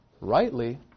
rightly